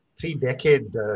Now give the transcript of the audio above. three-decade